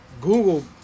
Google